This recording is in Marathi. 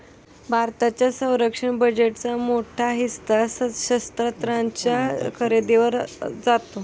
भारताच्या संरक्षण बजेटचा मोठा हिस्सा शस्त्रास्त्रांच्या खरेदीवर जातो